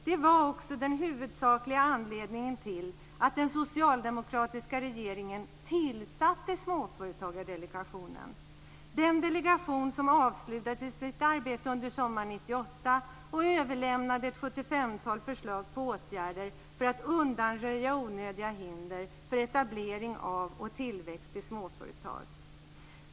Det var den huvudsakliga anledningen till att den socialdemokratiska regeringen tillsatte Småföretagsdelegationen. Den avslutade sitt arbete under sommaren 1998 och överlämnade runt 75 förslag till åtgärder för att undanröja onödiga hinder för etablering av och tillväxt i småföretag.